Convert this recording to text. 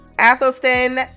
Athelstan